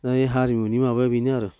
बै हारिमुनि माबाया बेनो आरो